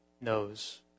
knows